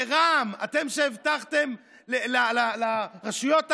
רע"מ, אתם שהבטחתם לרשויות הערביות,